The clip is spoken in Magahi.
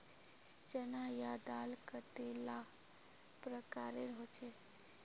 चना या दाल कतेला प्रकारेर होचे?